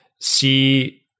see